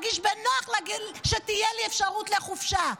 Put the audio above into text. ארגיש בנוח שתהיה לי אפשרות לחופשה.